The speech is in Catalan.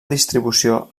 distribució